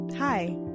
Hi